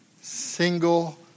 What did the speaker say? single